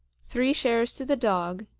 three shares to the dog,